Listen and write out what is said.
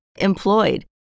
employed